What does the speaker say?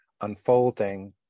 unfolding